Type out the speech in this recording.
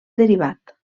derivat